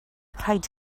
rhaid